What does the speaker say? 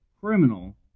criminal